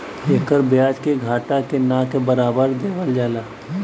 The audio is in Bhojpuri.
एकर ब्याज के घटा के ना के बराबर कर देवल जाला